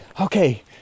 Okay